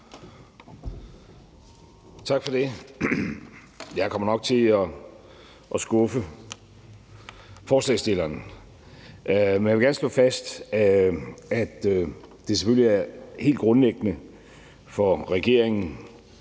Tak for det. Jeg kommer nok til at skuffe ordføreren for forslagsstillerne, men jeg vil gerne slå fast, at det selvfølgelig er helt grundlæggende for regeringen